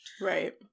right